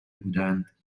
بودند